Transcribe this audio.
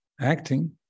acting